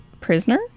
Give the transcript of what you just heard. prisoner